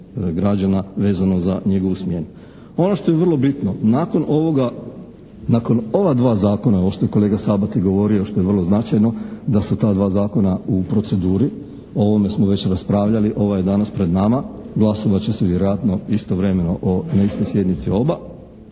građana vezano za njegovu smjenu. Ono što je vrlo bitno, nakon ovoga, nakon ova dva zakona, ovo što je kolega Sabati govorio što je vrlo značajno, da su ta dva zakona u proceduri, o ovome smo već raspravljali, ovaj je danas pred nama. Glasovat će se vjerojatno istovremeno na istoj sjednici o oba.